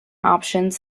options